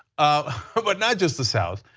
ah but but not just the south.